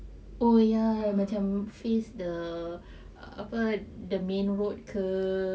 oh ya macam face the apa the main road ke